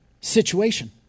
situation